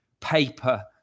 paper